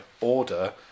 order